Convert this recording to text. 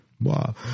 Wow